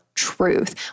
truth